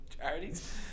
Charities